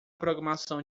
programação